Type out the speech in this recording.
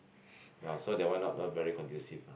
ya so that one not not very conducive ah